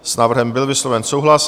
S návrhem byl vysloven souhlas.